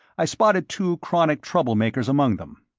i spotted two chronic trouble-makers among them.